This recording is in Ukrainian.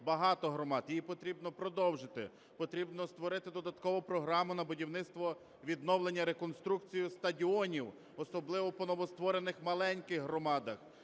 багато громад (її потрібно продовжити, потрібно створити додаткову програму на будівництво, відновлення, реконструкцію стадіонів, особливо по новостворених маленьких громадах),